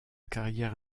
carrière